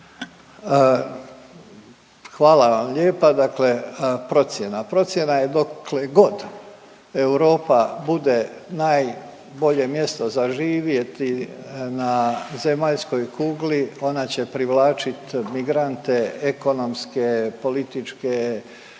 dakle procjena, a procjena je dokle god Europa bude najbolje mjesto za živjeti na zemaljskoj kugli ona će privlačit migrante ekonomske, političke,